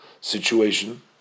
situation